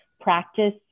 practice